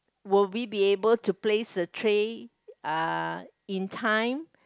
will we be able to place the tray uh in time